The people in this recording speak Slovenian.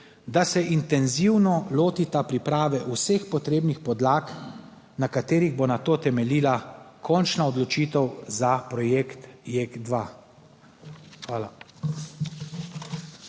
da se intenzivno lotita priprave vseh potrebnih podlag, na katerih bo na to temeljila končna odločitev za projekt JEK2. Hvala.